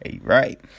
right